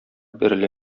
бәрелә